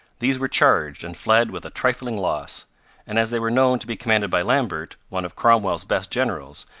these were charged, and fled with a trifling loss and as they were known to be commanded by lambert, one of cromwell's best generals,